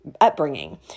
upbringing